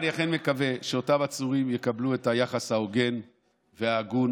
אני אכן מקווה שאותם עצורים יקבלו את היחס ההוגן וההגון